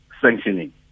sanctioning